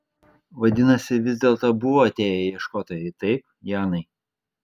vadinasi vis dėlto buvo atėję ieškotojai taip janai